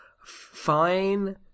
fine